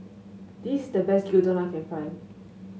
this is the best Gyudon I can find